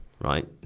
right